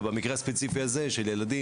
ובמקרה הספציפי הזה של ילדים,